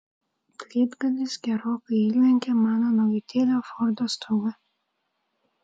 plytgalis gerokai įlenkė mano naujutėlio fordo stogą